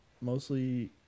Mostly